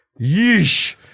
Yeesh